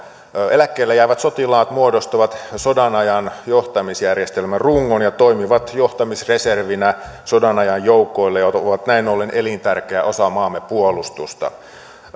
eläkkeelle jäävät sotilaat muodostavat sodanajan johtamisjärjestelmän rungon ja toimivat johtamisreservinä sodanajan joukoille ja ovat näin ollen elintärkeä osa maamme puolustusta